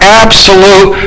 absolute